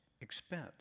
expense